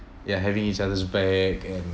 ya having each other's back and